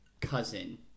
cousin